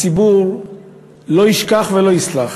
הציבור לא ישכח ולא יסלח